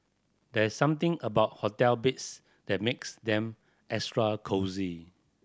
there's something about hotel beds that makes them extra cosy